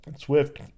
Swift